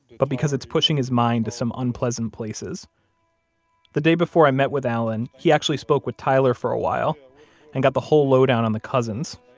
but because it's pushing his mind to some unpleasant places the day before i met with allen, he actually spoke with tyler for a while and got the whole lowdown on the cousins.